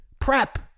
prep